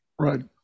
Right